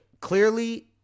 clearly